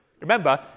Remember